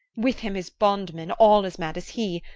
with him his bondman all as mad as he,